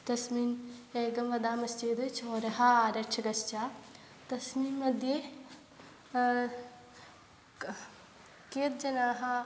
तस्मिन् एकं वदामश्चेद् चोरः आरक्षकश्च तस्मिन्मध्ये क कियत् जनाः